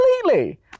completely